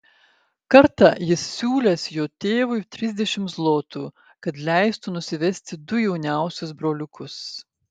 kartą jis siūlęs jo tėvui trisdešimt zlotų kad leistų nusivesti du jauniausius broliukus